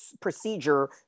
procedure